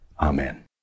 Amen